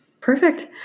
Perfect